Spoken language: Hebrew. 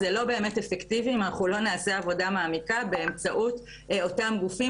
זה לא באמת אפקטיבי אם אנחנו לא נעשה עבודה מעמיקה באמצעות אותם גופים,